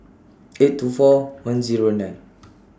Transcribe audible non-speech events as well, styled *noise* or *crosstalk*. *noise* eight two four one Zero nine